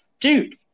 Dude